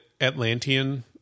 Atlantean